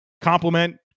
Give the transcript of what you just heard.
complement